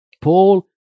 Paul